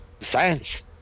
Science